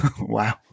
Wow